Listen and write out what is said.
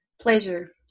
pleasure